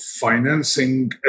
financing